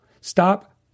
Stop